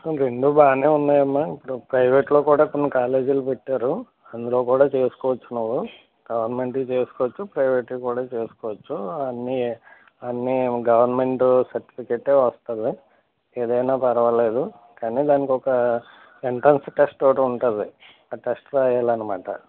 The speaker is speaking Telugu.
రెండూ బాగానే ఉన్నాయమ్మా ఇప్పుడు ప్రైవేట్లో కూడా కొన్ని కాలేజీలు పెట్టారు అందులో కూడా చేసుకోవచ్చు నువ్వు గవర్నమెంట్ చేసుకోవచ్చు ప్రైవేట్లో కూడా చేసుకోవచ్చు అన్నీ గవర్నమెంటు సర్టిఫికెట్ వస్తుంది ఏదైనా పర్వాలేదు కానీ దానికొక ఎంట్రన్స్ టెస్ట్ ఒకటుంటుంది ఆ టెస్ట్ రాయాలన్నమాట